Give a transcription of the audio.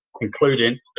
including